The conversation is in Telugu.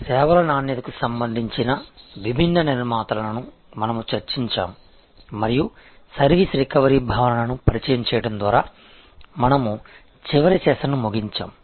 సేవల నాణ్యతకు సంబంధించిన విభిన్న నిర్మాణాలను మనము చర్చించాము మరియు సర్వీస్ రికవరీ భావనను పరిచయం చేయడం ద్వారా మనము చివరి సెషన్ను ముగించాము